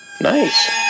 Nice